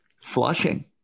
Flushing